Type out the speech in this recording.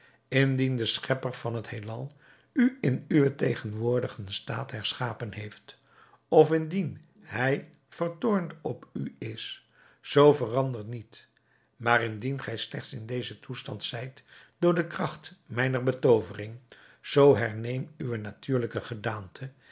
indien de schepper van het heelal u in uwen tegenwoordigen staat geschapen heeft of indien hij vertoornd op u is zoo verander niet maar indien gij slechts in dezen toestand zijt door de kracht mijner betoovering zoo herneem uwe natuurlijke gedaante